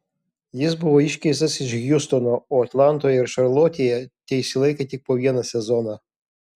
jis buvo iškeistas iš hjustono o atlantoje ir šarlotėje teišsilaikė tik po vieną sezoną